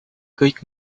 kõik